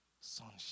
Sunshine